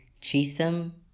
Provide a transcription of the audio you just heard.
Cheatham